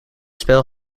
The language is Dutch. spel